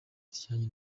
zijyanye